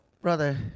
Brother